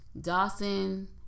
Dawson